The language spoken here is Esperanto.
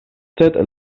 sed